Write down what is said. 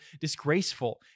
disgraceful